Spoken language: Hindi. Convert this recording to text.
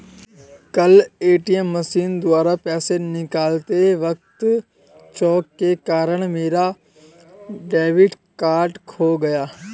कल ए.टी.एम मशीन द्वारा पैसे निकालते वक़्त चूक के कारण मेरा डेबिट कार्ड खो गया